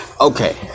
Okay